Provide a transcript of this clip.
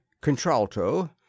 contralto